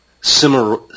similar